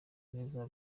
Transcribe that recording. neza